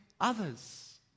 others